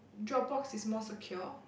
Dropbox is more secure